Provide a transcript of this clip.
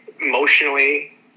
emotionally